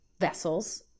vessels